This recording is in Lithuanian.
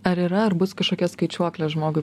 ar yra ar bus kažkokia skaičiuoklė žmogui